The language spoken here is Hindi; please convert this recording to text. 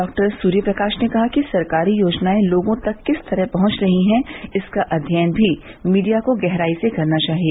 डॉ सूर्य प्रकाश ने कहा कि सरकारी योजनाएं लोगों तक किस तरह पहुंच रही हैं इसका अध्ययन भी मीडिया को गहराई से करना चाहिए